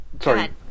sorry